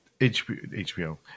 HBO